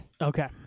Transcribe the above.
Okay